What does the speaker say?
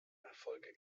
erfolge